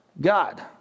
God